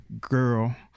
girl